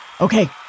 Okay